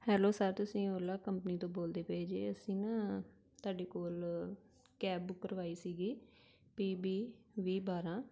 hello sir ਤੁਸੀਂ Ola company ਤੋਂ ਬੋਲਦੇ ਪਏ ਜੇ ਅਸੀਂ ਨਾ ਤੁਹਾਡੇ ਕੋਲ ਕੈਬ ਬੁੱਕ ਕਰਵਾਈ ਸੀਗੀ ਪੀ ਬੀ ਵੀਹ ਬਾਰਾਂ